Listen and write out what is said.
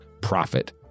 profit